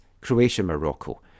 Croatia-Morocco